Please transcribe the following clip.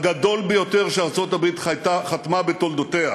הגדול ביותר שארצות-הברית חתמה בתולדותיה.